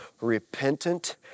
Repentant